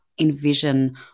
envision